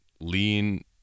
lean